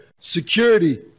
security